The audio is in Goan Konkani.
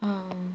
आं